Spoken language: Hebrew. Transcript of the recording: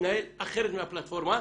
להתנהל אחרת מהפלטפורמה,